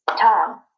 Tom